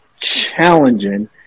challenging